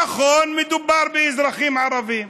נכון, מדובר באזרחים ערבים.